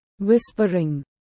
Whispering